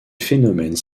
phénomènes